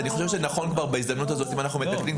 אז אני חושב שנכון כבר בהזדמנות הזאת אם אנחנו מתקנים,